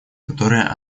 которые